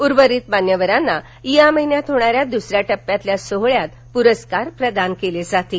उर्वरीत मान्यवरांना या महिन्यात होणाऱ्या दुसऱ्या टप्प्यातील सोहळयात प्रस्कार प्रदान करण्यात येतील